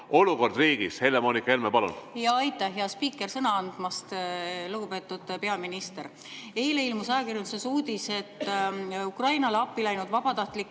olukord riigis. Helle-Moonika Helme, palun! Aitäh, hea spiiker, sõna andmast! Lugupeetud peaminister! Eile ilmus ajakirjanduses uudis, et Ukrainale appi läinud vabatahtlike